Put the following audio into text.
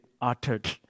uttered